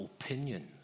opinions